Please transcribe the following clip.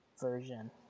version